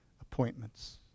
appointments